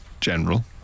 general